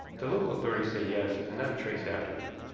the local authorities say, yes, and not a trace afterward.